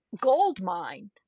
goldmine